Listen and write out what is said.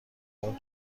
اون